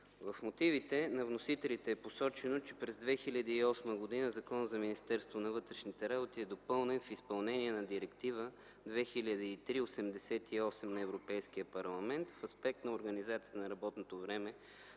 В мотивите на вносителите е посочено, че през 2008 г. Законът за Министерството на вътрешните работи е допълнен в изпълнение на Директива 2003/88/ЕО в аспект на организацията на работното време